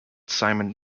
simon